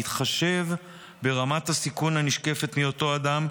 בהתחשב ברמת הסיכון הנשקפת מאותו אדם,